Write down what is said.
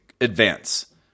advance